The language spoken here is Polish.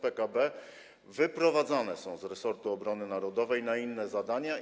PKB wyprowadzane są z resortu obrony narodowej na inne zadania.